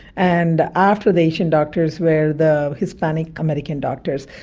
and after the asian doctors were the hispanic-american doctors.